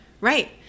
Right